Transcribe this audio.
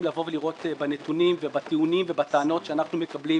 לבוא ולראות בנתונים ובטיעונים ובטענות שאנחנו מקבלים